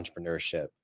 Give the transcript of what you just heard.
entrepreneurship